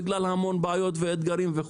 בגלל המון בעיות ואתגרים,